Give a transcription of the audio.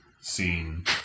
scene